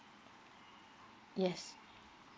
yes